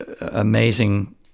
amazing